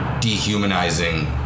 dehumanizing